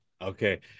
Okay